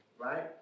right